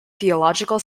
theological